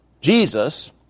Jesus